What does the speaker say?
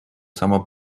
sama